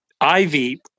Ivy